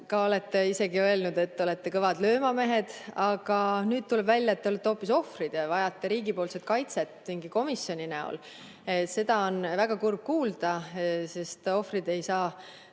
Te olete isegi öelnud, et te olete kõvad löömamehed, aga nüüd tuleb välja, et te olete hoopis ohvrid ja vajate riigi kaitset mingi komisjoni näol. Seda on väga kurb kuulda, sest ohvrid ei saa